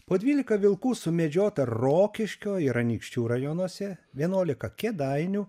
po dvylika vilkų sumedžiota rokiškio ir anykščių rajonuose vienuolika kėdainių